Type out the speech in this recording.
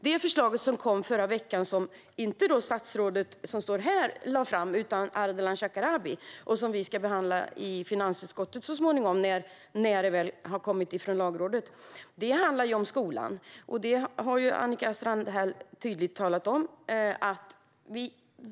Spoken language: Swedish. Det förslag som kom i förra veckan, som inte lades fram av det statsråd som finns här utan av Ardalan Shekarabi och som vi ska behandla i finansutskottet så småningom, när det väl har kommit från Lagrådet, handlar om skolan, vilket Annika Strandhäll tydligt har talat om.